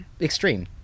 extreme